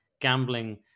gambling